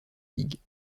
ligue